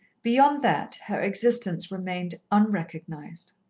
beyond that, her existence remained unrecognized.